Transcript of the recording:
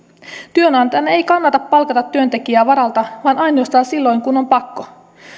työnantajan ei kannata palkata työntekijää varalta vaan ainoastaan silloin kun on pakko